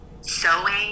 sewing